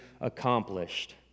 accomplished